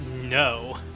No